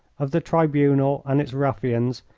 of the tribunal and its ruffians,